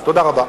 תודה רבה.